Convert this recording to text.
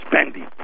spending